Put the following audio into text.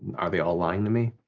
are they all lying to me,